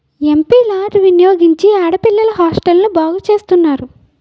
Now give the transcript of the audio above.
MP lad వినియోగించి ఆడపిల్లల హాస్టల్ను బాగు చేస్తున్నారు